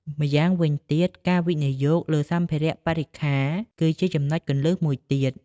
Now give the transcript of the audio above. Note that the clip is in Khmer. ម្យ៉ាងវិញទៀតការវិនិយោគលើសម្ភារៈបរិក្ខារ គឺជាចំណុចគន្លឹះមួយទៀត។